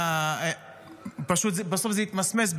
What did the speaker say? בסוף זה התמסמס,